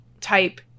type